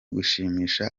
gushimisha